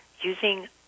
using